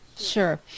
Sure